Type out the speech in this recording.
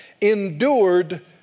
endured